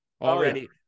already